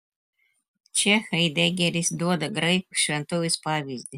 čia haidegeris duoda graikų šventovės pavyzdį